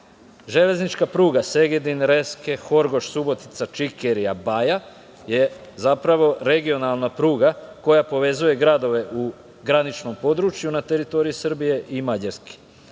granici. Železnička pruga Segedin – Reske – Horgoš – Subotica – Čikerija – Baja je zapravo regionalna pruga koja povezuje gradove u graničnom području na teritoriji Srbije i